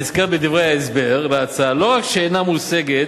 הנזכרת בדברי ההסבר להצעה, לא רק שאינה מושגת,